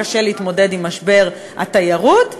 קשה להתמודד עם משבר התיירות,